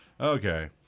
Okay